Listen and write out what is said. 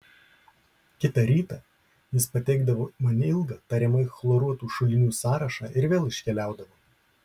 kitą rytą jis pateikdavo man ilgą tariamai chloruotų šulinių sąrašą ir vėl iškeliaudavo